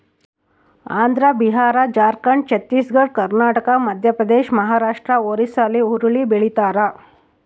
Andhra Bihar Jharkhand Chhattisgarh Karnataka Madhya Pradesh Maharashtra ಒರಿಸ್ಸಾಲ್ಲಿ ಹುರುಳಿ ಬೆಳಿತಾರ